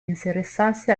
interessarsi